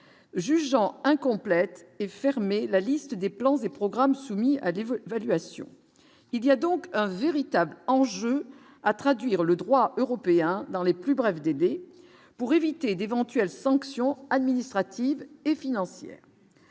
jugeant incomplète et fermer la liste des plans et programmes soumis à des vols valu à Sion il y a donc un véritable enjeu à traduire le droit européen dans les plus brefs délais pour éviter d'éventuelles sanctions administratives et financières